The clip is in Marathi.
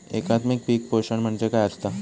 एकात्मिक पीक पोषण म्हणजे काय असतां?